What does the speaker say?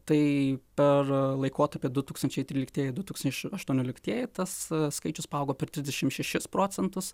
tai per laikotarpį du tūkstančiai tryliktieji du tūkstančiai aštuonioliktieji tas skaičius paaugo per trisdešimt šešis procentus